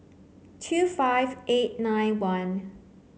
two five eight nine one